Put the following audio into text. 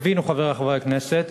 תבינו, חברי חברי הכנסת,